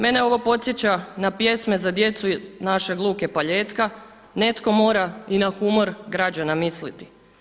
Mene ovo podsjeća na pjesme za djecu našeg Luke Paljetka „Netko mora i na humor građana misliti“